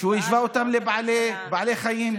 הוא השווה אותן לבעלי חיים.